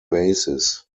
basis